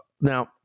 Now